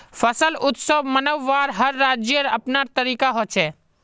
फसल उत्सव मनव्वार हर राज्येर अपनार तरीका छेक